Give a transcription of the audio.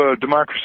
democracy